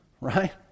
right